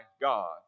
God